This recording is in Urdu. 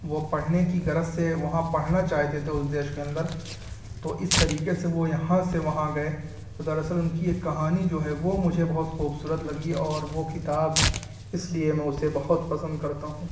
وہ پڑھنے کی غرض سے وہاں پڑھنا چاہتے تھے اس دیش کے اندر تو اس طریقے سے وہ یہاں سے وہاں گئے تو دراصل ان کی ایک کہانی جو ہے وہ مجھے بہت خوبصورت لگی اور وہ کتاب اس لیے میں اسے بہت پسند کرتا ہوں